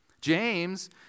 James